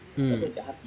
hmm